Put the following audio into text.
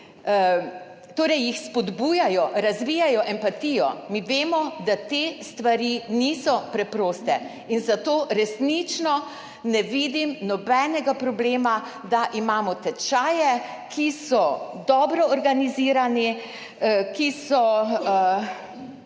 Torej jih spodbujajo, razvijajo empatijo. Mi vemo, da te stvari niso preproste. Zato resnično ne vidim nobenega problema, če imamo tečaje, ki so dobro organizirani, recimo